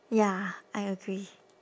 ya I agree